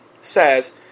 says